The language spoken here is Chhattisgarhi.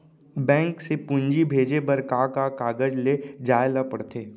बैंक से पूंजी भेजे बर का का कागज ले जाये ल पड़थे?